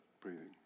breathing